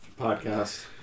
podcast